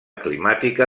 climàtica